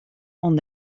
oan